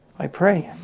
i pray,